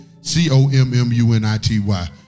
C-O-M-M-U-N-I-T-Y